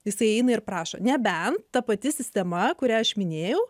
jisai eina ir prašo nebent ta pati sistema kurią aš minėjau